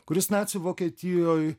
kuris nacių vokietijoj